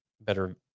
better